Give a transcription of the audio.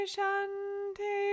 Shanti